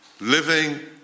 living